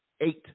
eight